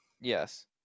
Yes